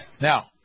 Now